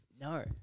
No